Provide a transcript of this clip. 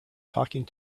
talking